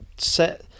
set